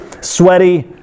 sweaty